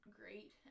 great